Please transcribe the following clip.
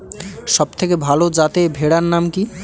সবথেকে ভালো যাতে ভেড়ার নাম কি?